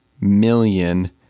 million